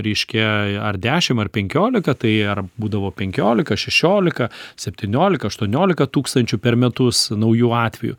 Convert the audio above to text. reiškia ar dešim ar penkiolika tai ar būdavo penkiolika šešiolika septyniolika aštuoniolika tūkstančių per metus naujų atvejų